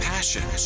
Passion